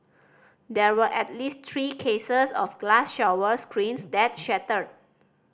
there were at least three cases of glass shower screens that shattered